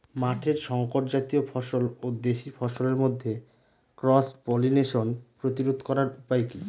মাঠের শংকর জাতীয় ফসল ও দেশি ফসলের মধ্যে ক্রস পলিনেশন প্রতিরোধ করার উপায় কি?